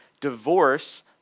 divorce